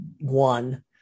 one